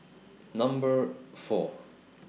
Number four